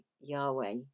yahweh